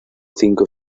cinco